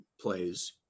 plays